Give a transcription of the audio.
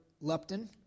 Lupton